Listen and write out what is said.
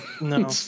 No